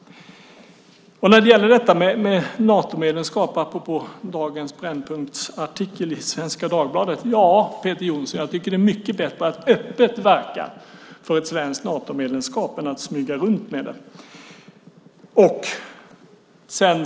När det gäller Natomedlemskap - apropå dagens artikel under Brännpunkt i Svenska Dagbladet - tycker jag, Peter Jonsson, att det är mycket bättre att öppet verka för ett svenskt Natomedlemskap än att smyga runt med det.